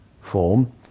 form